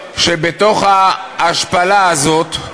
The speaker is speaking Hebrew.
שבתוך ההשפלה הזאת,